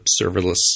serverless